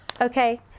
Okay